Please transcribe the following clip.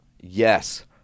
Yes